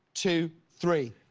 two, three.